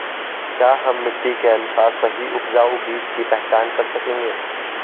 क्या हम मिट्टी के अनुसार सही उपजाऊ बीज की पहचान कर सकेंगे?